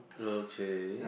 okay